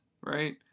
right